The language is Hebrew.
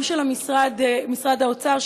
גם של משרד האוצר,